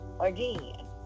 again